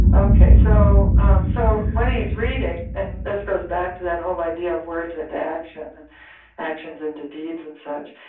okay. so ah so when he's reading, and this goes back to that whole idea of words into action and actions into deeds and such,